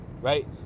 right